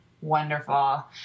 wonderful